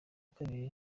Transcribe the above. kabiri